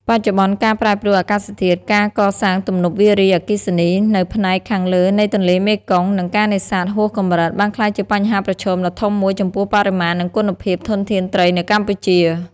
បច្ចុប្បន្ន ការប្រែប្រួលអាកាសធាតុ ការកសាងទំនប់វារីអគ្គិសនីនៅផ្នែកខាងលើនៃទន្លេមេគង្គ និងការនេសាទហួសកម្រិត បានក្លាយជាបញ្ហាប្រឈមដ៏ធំមួយចំពោះបរិមាណ និងគុណភាពធនធានត្រីនៅកម្ពុជា។